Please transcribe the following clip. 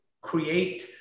create